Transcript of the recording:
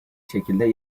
şekilde